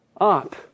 Up